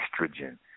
estrogen